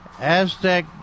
Aztec